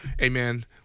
amen